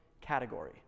category